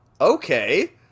okay